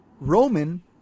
Roman